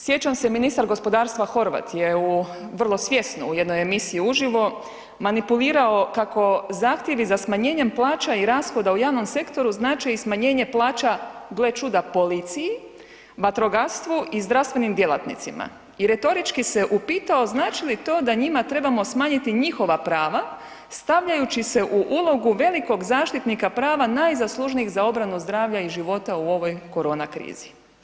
Sjećam se, ministar Gospodarstva Horvat je vrlo svjesno u jednoj emisiji uživo manipulirao kako zahtjevi za smanjenjem plaća i rashoda u javnom sektoru znače i smanjenje plaća, gle čuda, policiji, vatrogastvu i zdravstvenim djelatnicima i retorički se upitao znači li to da njima trebamo smanjiti njihova prava stavljajući se u ulogu velikog zaštitnika prava najzaslužnijih za obranu zdravlja i života u ovoj korona krizi.